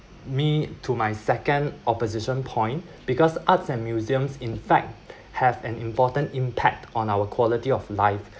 me to my second opposition point because arts and museums in fact have an important impact on our quality of life